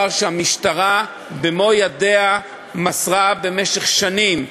שהמשטרה במו-ידיה מסרה, במשך שנים,